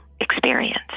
experience